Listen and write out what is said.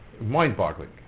mind-boggling